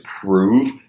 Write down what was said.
prove